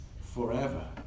forever